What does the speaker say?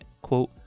quote